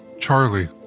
Charlie